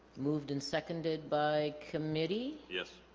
moved and seconded by committee yes